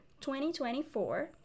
2024